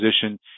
position